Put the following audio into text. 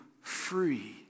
free